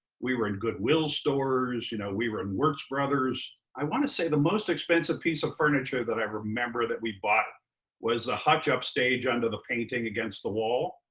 we were in goodwill stores. you know we were in wertz brothers. i wanna say the most expensive piece of furniture that i remember that we bought was the hutch upstage under the painting against the wall.